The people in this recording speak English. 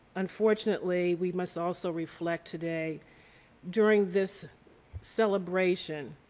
unfortunately, we must also reflect today during this celebration,